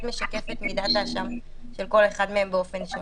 משקף את מידת האשם של כל אחד מהם באופן שונה.